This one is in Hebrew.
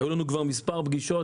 היו לנו כבר מספר פגישות.